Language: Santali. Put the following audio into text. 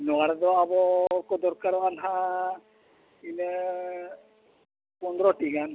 ᱱᱚᱣᱟ ᱨᱮᱫᱚ ᱟᱵᱚ ᱠᱚ ᱫᱚᱨᱠᱟᱨᱚᱜᱼᱟ ᱱᱟᱦᱟᱜ ᱤᱱᱟᱹ ᱯᱚᱱᱫᱨᱚᱴᱤ ᱜᱟᱱ